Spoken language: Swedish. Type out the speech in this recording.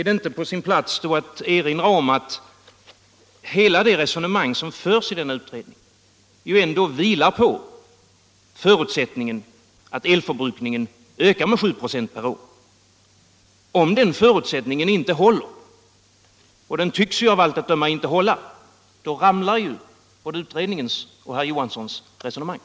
Det är då på sin plats att erinra om att hela det resonemang som förs i utredningen vilar på förutsättningen att elförbrukningen skall öka med 7 96 per år. Om den förutsättningen inte håller — och det gör den av allt att döma inte — faller både utredningens och herr Johanssons resonemang.